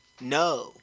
No